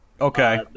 Okay